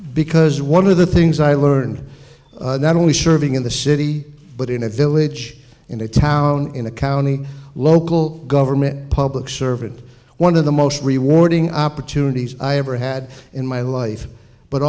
because one of the things i learned not only serving in the city but in a village in a town in a county local government public servant one of the most rewarding opportunities i ever had in my life but